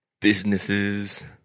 businesses